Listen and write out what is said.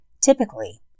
Typically